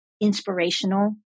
inspirational